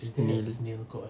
snail